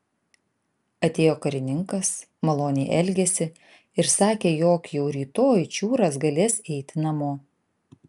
atėjo karininkas maloniai elgėsi ir sakė jog jau rytoj čiūras galės eiti namo